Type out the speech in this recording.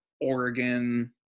Oregon